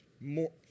more